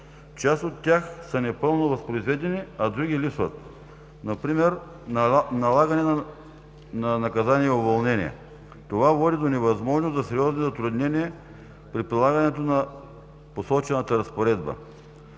Част от тях са непълно възпроизведени, а други липсват – например налагане на наказание „уволнение“. Това води до невъзможност и сериозно затруднение при прилагането на посочената разпоредба.